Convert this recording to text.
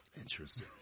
Interesting